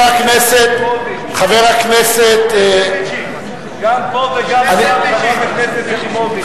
גם פה וגם שם, חברת הכנסת יחימוביץ.